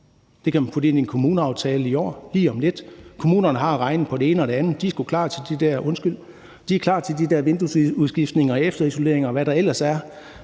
Det kan man putte ind i en kommuneaftale i år lige om lidt. Kommunerne har regnet på det ene og det andet, og de er klar til de der vinduesudskiftninger og efterisoleringer, og hvad der ellers er,